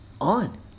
on